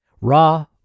raw